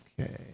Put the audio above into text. okay